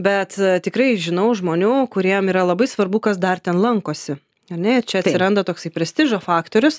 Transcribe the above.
bet tikrai žinau žmonių kuriem yra labai svarbu kas dar ten lankosi ar ne ir čia atsiranda toksai prestižo faktorius